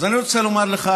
אז אני רוצה לומר לך,